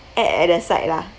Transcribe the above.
add at the side lah